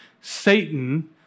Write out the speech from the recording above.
Satan